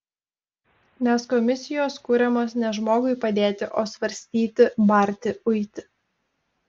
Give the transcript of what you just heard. nes komisijos kuriamos ne žmogui padėti o svarstyti barti uiti